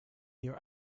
your